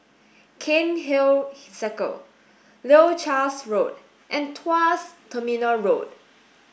Cairnhill Circle Leuchars Road and Tuas Terminal Road